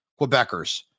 Quebecers